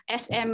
sm